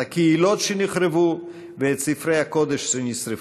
את הקהילות שנחרבו ואת ספרי הקודש שנשרפו.